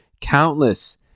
countless